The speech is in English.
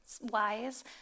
wise